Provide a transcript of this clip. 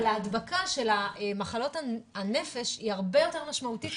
אבל ההדבקה של מחלות הנפש היא הרבה יותר משמעותית.